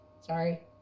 sorry